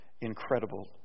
Incredible